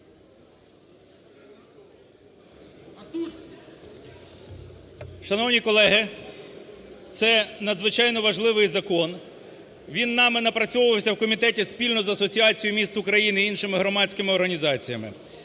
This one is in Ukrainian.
Шановні колеги, це надзвичайно важливий закон, він нами напрацьовувався в комітеті спільно з Асоціацією міст України і іншими громадськими організаціями.